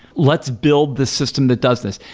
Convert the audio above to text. let's build the system that does this.